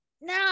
no